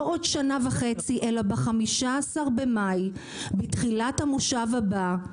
לא בעוד שנה וחצי אלא ב-15 במאי בתחילת המושב הבא אני